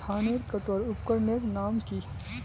धानेर कटवार उपकरनेर नाम की?